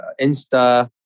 Insta